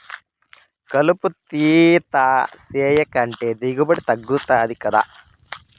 కలుపు తీత సేయకంటే దిగుబడి తగ్గుతది గదా